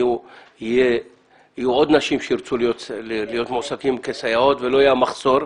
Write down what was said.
יהיו עוד נשים שירצו להיות מועסקות כסייעות ולא יהיה מחסור.